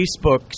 Facebook